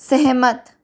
सहमत